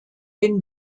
den